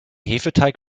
hefeteig